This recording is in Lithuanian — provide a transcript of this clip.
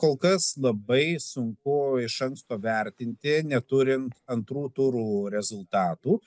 kol kas labai sunku iš anksto vertinti neturint antrų turų rezultatų